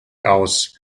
aus